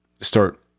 start